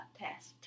test